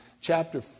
chapter